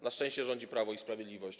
Na szczęście rządzi Prawo i Sprawiedliwość.